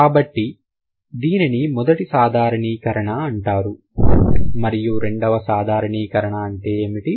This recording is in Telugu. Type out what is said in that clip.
కాబట్టి దీనిని మొదటి సాధారణీకరణ అంటారు మరియు రెండవ సాధారణీకరణ అంటే ఏమిటి